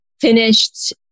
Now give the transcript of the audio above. finished